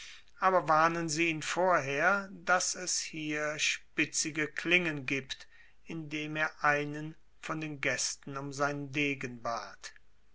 aber warnen sie ihn vorher daß es hier spitzige klingen gibt indem er einen von den gästen um seinen degen